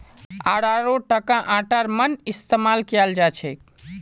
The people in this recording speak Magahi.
अरारोटका आटार मन इस्तमाल कियाल जाछेक